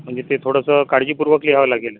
म्हणजे ते थोडंसं काळजीपूर्वक लिहावं लागेल